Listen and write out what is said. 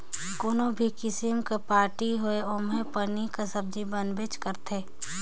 कोनो भी किसिम के पारटी होये ओम्हे पनीर के सब्जी बनबेच करथे